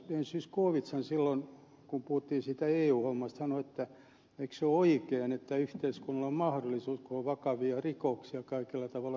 ben zyskowiczhan silloin kun puhuttiin siitä eu asiasta sanoi että eikös se ole oikein että yhteiskunnalla on mahdollisuus kun on vakavia rikoksia kaikilla tavoilla selvittää niitä